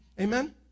Amen